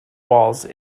walls